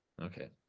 okay